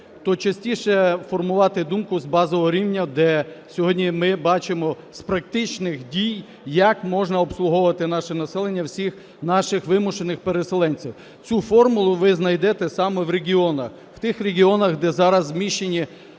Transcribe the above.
то частіше формувати думку з базового рівня, де сьогодні ми бачимо з практичних дій, як можна обслуговувати наше населення, всіх наших вимушених переселенців. Цю формулу ви знайде саме в регіонах, в тих регіонах, де зараз розміщені